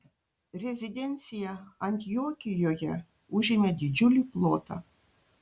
rezidencija antiokijoje užėmė didžiulį plotą